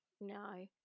No